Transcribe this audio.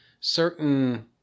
certain